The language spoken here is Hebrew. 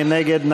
מי נגד?